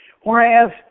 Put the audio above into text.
Whereas